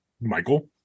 Michael